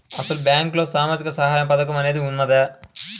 అసలు బ్యాంక్లో సామాజిక సహాయం పథకం అనేది వున్నదా?